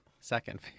second